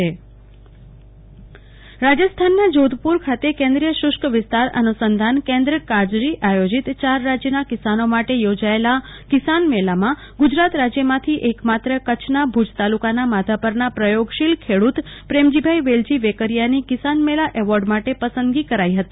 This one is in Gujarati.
કલ્પના શાહ કિસાન મેલા એવોર્ડ રાજસ્થાનના જોધપુર ખાતે કેન્દ્રીય શુષ્ક વિસ્તાર અનુસંધાન કેન્દ્રકાઝરી આયોજીત યાર રાજયના કિસાનો માટે ચોજાયેલા કિસાનમેલામાં ગુજરાત રાજયમાંથી એકમાત્ર કચ્છના ભુજ તાલુકાના માધાપરના પ્રયોગશીલ ખેડુત પ્રેમજીભાઈ વેકરીયાની કિસાન મેલા એવોર્ડ માટે પસંદગી કરાઈ હતી